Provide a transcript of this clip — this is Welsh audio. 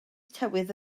tywydd